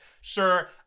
Sure